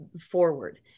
forward